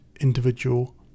individual